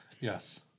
Yes